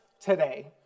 today